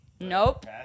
nope